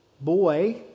boy